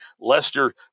Lester